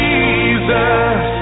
Jesus